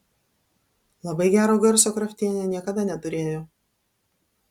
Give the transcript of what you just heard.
labai gero garso kraftienė niekada neturėjo